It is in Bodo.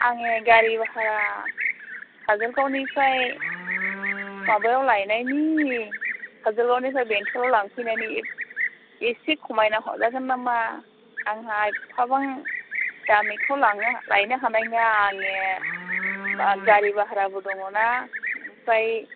आंने गारि भारा काजलगावनिफ्राय माबायाव लायनायनि काजलगावनिफ्राय बेंटलाव लांफैनायनि एसे खमायना हरजागोन नामा आंहा एफाबां दामिखौ लायनो हानाय नङा आंनिया गारि भाराबो दं ना ओमफ्राय